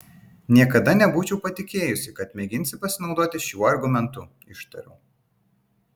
niekada nebūčiau patikėjusi kad mėginsi pasinaudoti šiuo argumentu ištariau